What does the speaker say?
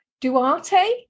Duarte